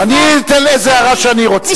אני אתן איזו הערה שאני רוצה.